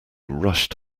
rushed